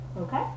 Okay